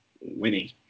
winning